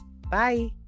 Bye